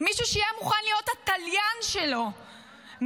מישהו שיהיה מוכן להיות התליין שלו מרוב